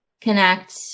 connect